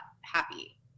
happy